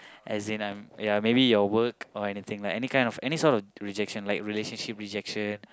as in I'm ya maybe your work or anything like any kind of any sort of rejection like relationship rejection